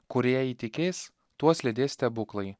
kurie įtikės tuos lydės stebuklai